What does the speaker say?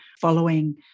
following